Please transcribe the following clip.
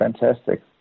fantastic